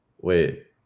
Wait